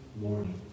morning